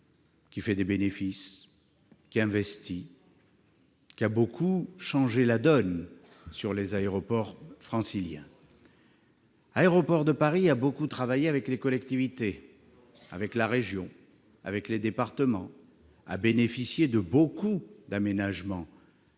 qui fait des bénéfices, qui investit et qui a beaucoup changé la donne des aéroports franciliens. Elle a beaucoup travaillé avec les collectivités, avec la région, avec les départements et a bénéficié de nombreux aménagements,